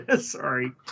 Sorry